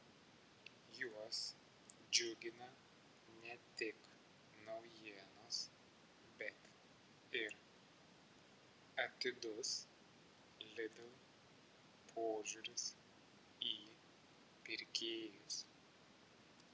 juos džiugina ne tik naujienos bet ir atidus lidl požiūris į pirkėjus